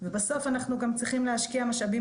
ובסוף אנחנו גם צריכים להשקיע משאבים